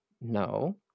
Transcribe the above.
No